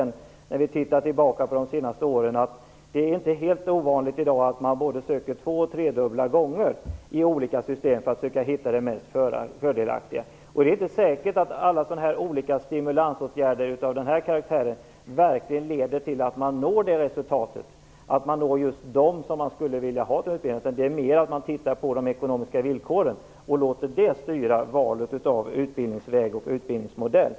När vi tittat tillbaka på de senaste åren har vi hos CSN sett att det i dag inte är helt ovanligt att man söker både dubbla och tredubbla gånger i olika system för att försöka hitta det mest fördelaktiga. Det är inte säkert att alla stimulansåtgärder av den här karaktären verkligen leder till att man når just dem som man skulle vilja ha till utbildning. Det är mer fråga om att människor tittar på de ekonomiska villkoren och låter dem styra valet av utbildningsväg och utbildningsmodell.